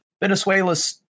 Venezuela's